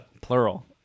Plural